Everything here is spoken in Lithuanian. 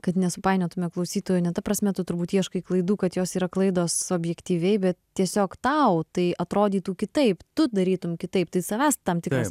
kad nesupainiotume klausytojų ne ta prasme tu turbūt ieškai klaidų kad jos yra klaidos objektyviai bet tiesiog tau tai atrodytų kitaip tu darytum kitaip tai savęs tam tikras